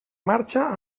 marxa